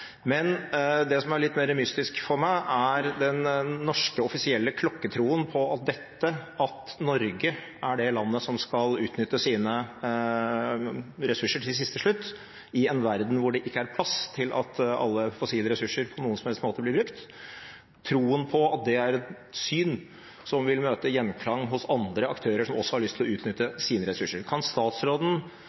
men det som er litt mer mystisk for meg, er den norske offisielle klokkertroen på at Norge er det landet som skal utnytte sine ressurser til siste slutt, i en verden der det ikke er plass til at alle fossile ressurser på noen som helst måte blir brukt – troen på at det er et syn som vil møte gjenklang hos andre aktører som også har lyst til å utnytte sine ressurser. Kan statsråden